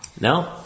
No